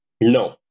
no